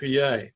pa